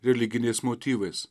religiniais motyvais